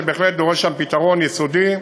שבהחלט דרוש שם פתרון יסודי.